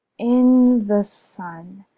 in the sun!